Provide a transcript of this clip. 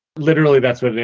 literally that's what it